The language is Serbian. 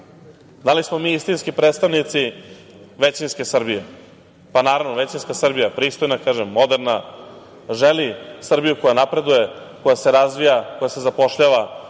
da li smo mi istinski predstavnici većinske Srbije. Pa, naravno, većinska Srbija, pristojna, kažem, moderna, želi Srbiju koja napreduje, koja se razvija, koja se zapošljava,